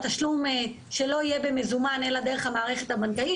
שהתשלום לא יהיה במזומן אלא דרך המערכת הבנקאית.